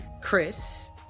Chris